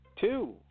two